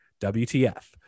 WTF